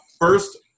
first